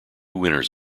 winners